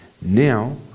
Now